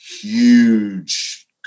huge